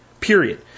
period